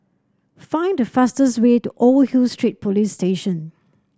find the fastest way to Old Hill Street Police Station